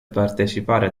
partecipare